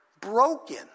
Broken